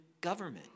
government